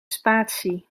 spatie